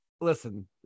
listen